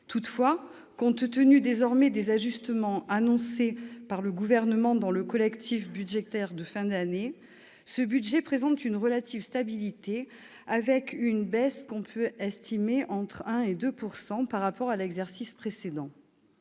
Toutefois, compte tenu désormais des ajustements annoncés par le Gouvernement dans le collectif budgétaire de fin d'année, ce budget présente une relative stabilité, avec une baisse estimée entre 1 % et 2 % par rapport à l'exercice précédent.